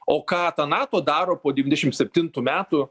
o ką nato daro po devyniasdešim septintų metų